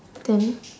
then